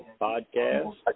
podcast